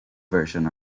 version